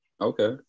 Okay